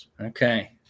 Okay